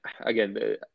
again